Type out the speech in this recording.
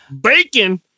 Bacon